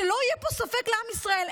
שלא יהיה פה ספק לעם ישראל.